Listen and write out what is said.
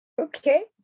Okay